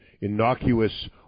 innocuous